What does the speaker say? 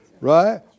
Right